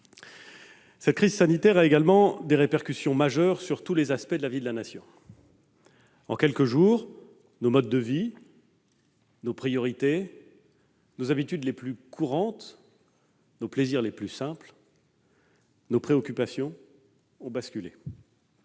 Cette crise sanitaire a également des répercussions majeures sur tous les aspects de la vie de la Nation. En quelques jours, nos modes de vie, nos priorités, nos habitudes, nos plaisirs les plus simples, nos préoccupations ont basculé.